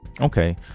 Okay